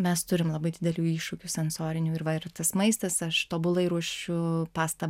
mes turim labai didelių iššūkių sensorinių ir va ir tas maistas aš tobulai ruošiu pastą